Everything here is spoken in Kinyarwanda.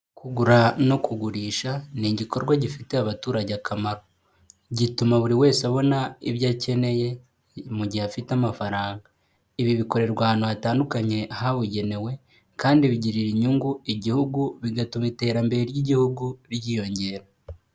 Kugura no kugurisha ni igikorwa gifitiye abaturage akamaro. Gituma buri wese abona ibyo akeneye mu gihe afite amafaranga. Ibi bikorerwa ahantu hatandukanye habugenewe kandi bigirira inyungu igihugu, bigatuma iterambere ry'igihugu ryiyongera.